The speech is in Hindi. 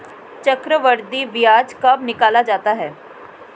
चक्रवर्धी ब्याज कब निकाला जाता है?